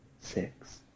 six